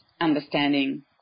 understanding